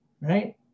right